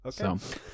okay